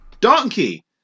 Donkey